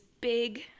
big